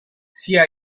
sia